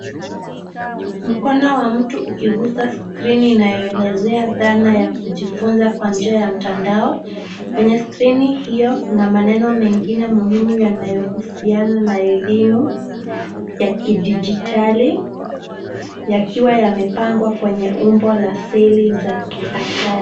Mkono wa mtu ukigusa skrini inayoelezea dhana ya kujifunza kwa njia ya mtandao. Kwenye skrini hiyo kuna maneno mengine muhimu yanayohusiana na elimu ya kidijitali yakiwa yamepangwa kwenye umbo la asili za athari.